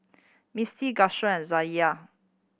Mistie and Zaniyah